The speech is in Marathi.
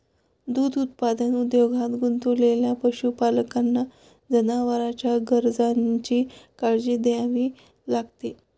दूध उत्पादन उद्योगात गुंतलेल्या पशुपालकांना जनावरांच्या गरजांची काळजी घ्यावी लागते